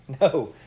No